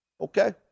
okay